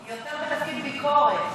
היא יותר בתפקיד ביקורת.